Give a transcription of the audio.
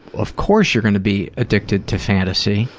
of course you're going to be addicted to fantasy